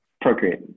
Procreate